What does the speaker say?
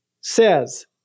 says